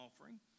offering